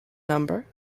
number